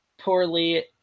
poorly